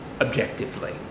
Objectively